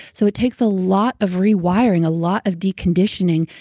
so it takes a lot of rewiring, a lot of deconditioning,